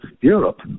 Europe